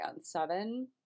Seven